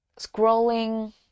scrolling